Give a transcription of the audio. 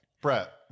Brett